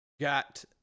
got